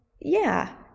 yeah